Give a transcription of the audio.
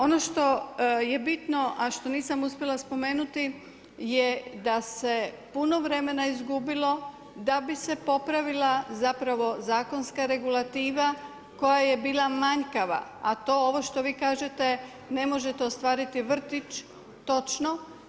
Ono što je bitno, a što nisam uspjela spomenuti je da se puno vremena izgubilo da bi se popravila zakonska regulativa koja je bila manjkava, a to je ovo što vi kažete ne možete ostvariti vrtić točno.